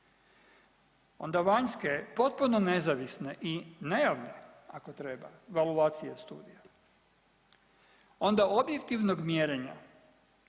Onda vanjske potpuno nezavisne i nejavne ako treba evaluacije studija, onda objektivnog mjerenja